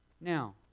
Now